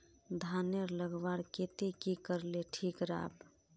धानेर लगवार केते की करले ठीक राब?